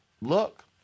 look